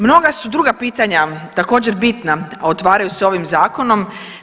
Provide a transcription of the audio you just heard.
Mnoga su druga pitanja također bitna, a otvaraju se ovim zakonom.